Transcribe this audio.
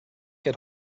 get